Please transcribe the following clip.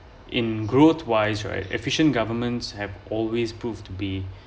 in growth wise right efficient governments have always proved to be